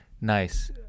Nice